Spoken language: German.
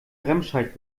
remscheid